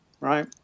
Right